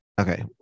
Okay